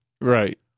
Right